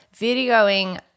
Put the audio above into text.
videoing